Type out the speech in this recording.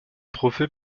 trophée